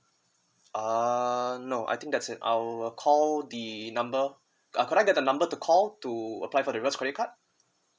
err no I think that's it I will call the number uh could I get the number to call to apply for the rewards credit card